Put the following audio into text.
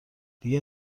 دیگه